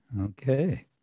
Okay